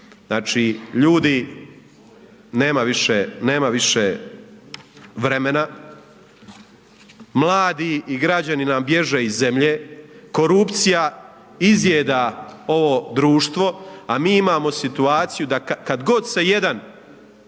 državu. Ljudi nema više vremena, mladi i građani nam bježe iz zemlje, korupcija izjeda ovo društvo, a mi imamo situaciju, kada god se jedan